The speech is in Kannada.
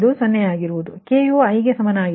ಆದ್ದರಿಂದ k ಯು i ಗೆ ಸಮವಲ್ಲ